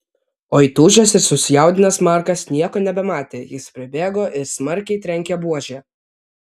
o įtūžęs ir susijaudinęs markas nieko nebematė jis pribėgo ir smarkiai trenkė buože